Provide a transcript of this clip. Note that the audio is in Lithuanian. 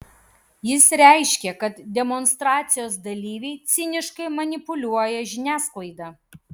jis reiškė kad demonstracijos dalyviai ciniškai manipuliuoja žiniasklaida